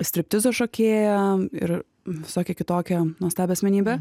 striptizo šokėją ir visokią kitokią nuostabią asmenybę